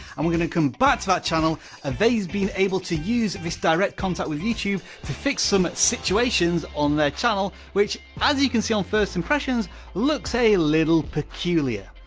and we're gonna come back to that channel and phase being able to use this direct contact with youtube to fix some situations on their channel which as you can see on fist impressions looks a little peculiar.